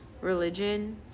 religion